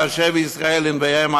והשב ישראל לנוויהם,